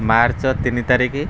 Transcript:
March ତିନି ତାରିକି